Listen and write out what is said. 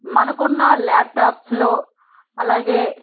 మనకున్న ల్యాప్టాప్స్లో అలాగే